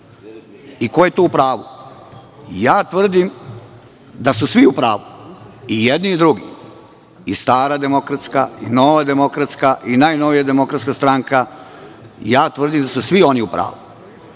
i ko je tu u pravu? Ja tvrdim da su svi u pravu i jedni i drugi, i stara demokratska, nova demokratska i najnovija demokratska stranka i tvrdim da su svi oni u pravu. Šta